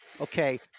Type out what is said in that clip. Okay